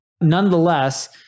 Nonetheless